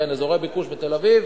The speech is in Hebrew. אזורי הביקוש ותל-אביב